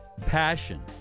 passion